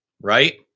right